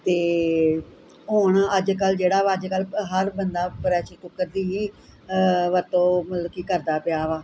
ਅਤੇ ਹੁਣ ਅੱਜ ਕੱਲ੍ਹ ਜਿਹੜਾ ਵਾ ਅੱਜ ਕੱਲ੍ਹ ਹਰ ਬੰਦਾ ਪ੍ਰੈਸ਼ਰ ਕੂਕਰ ਦੀ ਹੀ ਵਰਤੋਂ ਮਤਲਬ ਕਿ ਕਰਦਾ ਪਿਆ ਵਾ